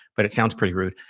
but it sounds pretty rude,